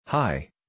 Hi